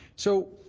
so,